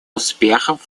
успехов